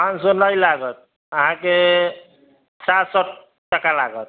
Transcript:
पाँच सए नहि लागत अहाँके सात सए टका लागत